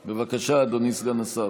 בבקשה, אדוני סגן השר.